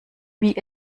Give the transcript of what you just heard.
wie